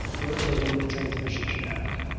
rotating the transmission shaft.